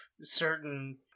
certain